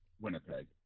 Winnipeg